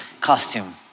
costume